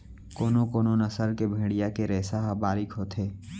कोनो कोनो नसल के भेड़िया के रेसा ह बारीक होथे